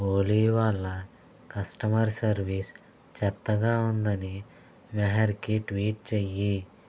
ఓలీ వాళ్ళ customer service చెత్తగా ఉందని మెహర్కి ట్వీట్ చెయ్యి